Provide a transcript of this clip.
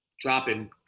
dropping